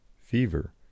fever